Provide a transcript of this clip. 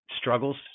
struggles